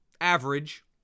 average